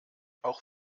auch